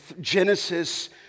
Genesis